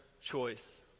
choice